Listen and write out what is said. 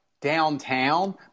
downtown